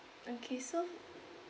okay so